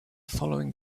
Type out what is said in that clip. following